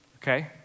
Okay